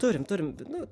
turim turim nu